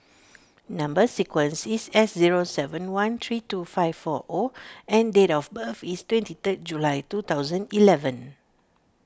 Number Sequence is S zero seven one three two five four O and date of birth is twenty third July two thousand eleven